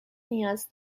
نیاز